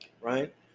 right